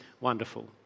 wonderful